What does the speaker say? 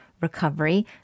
recovery